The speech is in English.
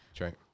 right